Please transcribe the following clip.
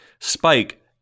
Spike